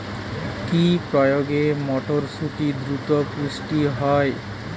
কি প্রয়োগে মটরসুটি দ্রুত পুষ্ট হবে?